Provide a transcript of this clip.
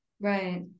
Right